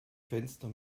fenster